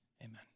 Amen